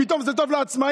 פתאום זה טוב לעצמאים?